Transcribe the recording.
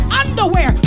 underwear